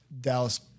Dallas